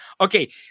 Okay